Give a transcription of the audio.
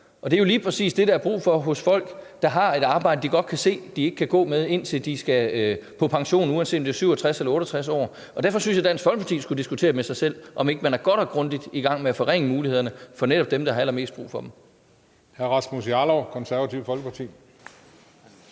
og det er jo lige præcis det, der ellers er brug for hos folk, der har et arbejde, de godt kan se de ikke kan gå med, indtil de skal på pension, uanset om det så er, når de er 67 år eller 68 år. Derfor synes jeg, at Dansk Folkeparti skulle diskutere med sig selv, om ikke man er godt og grundigt i gang med at forringe mulighederne for netop dem, der har allermest brug for det.